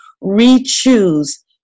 re-choose